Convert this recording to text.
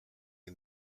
and